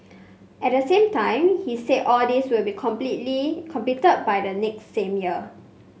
at the same time he said all these would be completely completed by the next same year